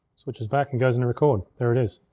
switches back and goes into record. there it is.